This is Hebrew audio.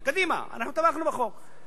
קדימה, אנחנו תמכנו בחוק.